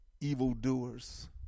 evildoers